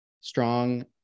strong